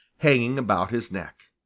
hanging about his neck.